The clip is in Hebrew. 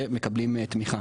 ומקבלים תמיכה.